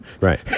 right